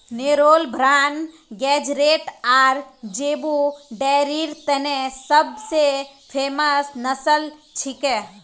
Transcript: Nellore Brahman Guzerat आर zebu डेयरीर तने सब स फेमस नस्ल छिके